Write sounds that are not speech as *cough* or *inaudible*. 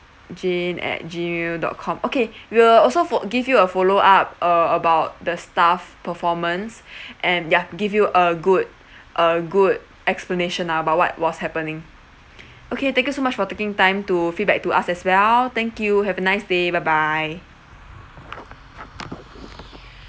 jane at gmail dot com okay *breath* we'll also fo~ give you a follow up uh about the staff performance *breath* and ya give you a good a good explanation about what was happening *breath* okay thank you so much for taking time to feedback to us as well thank you have a nice day bye bye